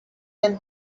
can